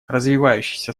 развивающиеся